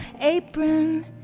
apron